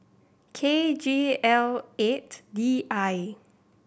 K G L eight D I